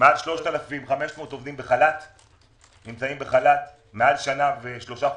מעל 3,500 עובדים בחל"ת מעל שנה ושלושה חודשים.